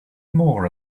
more